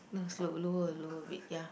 must low lower lower a bit ya